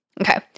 Okay